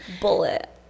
Bullet